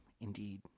Indeed